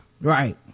Right